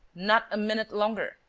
not a minute longer.